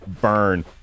burn